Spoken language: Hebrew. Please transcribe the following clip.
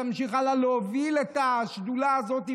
תמשיך הלאה להוביל את השדולה הזאת,